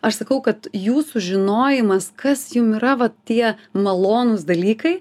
aš sakau kad jūsų žinojimas kas jum yra vat tie malonūs dalykai